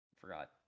forgot